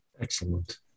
Excellent